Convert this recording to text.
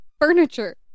furniture